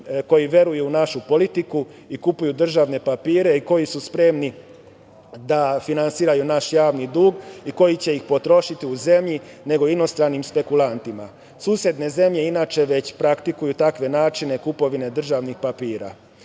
koji veruju u našu politiku i kupuju državne papire i koji su spremni da finansiraju naš javni dug i koji će ih potrošiti u zemlji, nego inostranim spekulantima. Susedne zemlje inače već praktikuju takve načine kupovine državnih papira. Kada